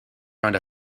around